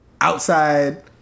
outside